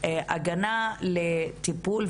הגנה לטיפול,